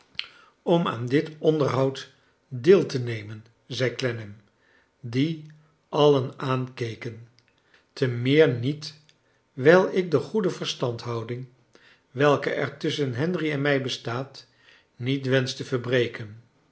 om aan dit onderhoud deel te nemen zei clennam dien alien aankeken te meer niet wijl ik de goede verstandhouding welke er tusschen henry en mij bestaat niet wensch te verbreken